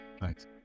Thanks